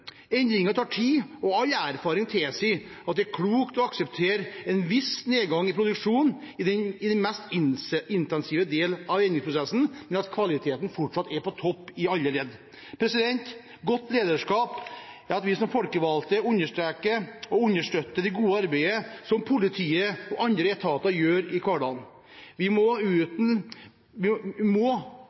Endringer tar tid, og all erfaring tilsier at det er klokt å akseptere en viss nedgang i produksjonen i den mest intensive del av endringsprosessen, men at kvaliteten fortsatt er på topp i alle ledd. Godt lederskap er at vi som folkevalgte understreker og understøtter det gode arbeidet som politiet og andre etater gjør i hverdagen. Vi må